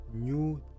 new